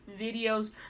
videos